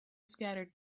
scattered